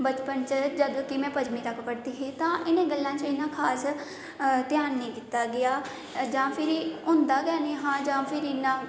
बचपन च जंदू कि में पंजमी तक पढ़दी ही तां इ'नें गल्लें च इ'यां खास ध्यान नेईं दित्ता गेआ जां फिरी होंदा गै नेईं हा जां फ्ही इ'न्ना